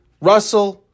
Russell